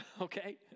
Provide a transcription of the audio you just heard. okay